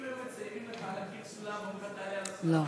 אם היו מציירים לך על הקיר סולם ואומרים לך: תעלה על הסולם,